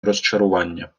розчарування